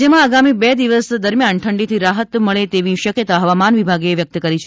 હવામાન રાજ્યમાં આગામી બે દિવસ દરમ્યાન ઠંડીથી રાહત મળે તેવી શક્યતા હવામાન વિભાગે વ્યક્ત કરી છે